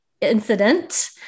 incident